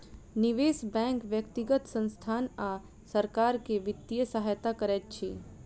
निवेश बैंक व्यक्तिगत संसथान आ सरकार के वित्तीय सहायता करैत अछि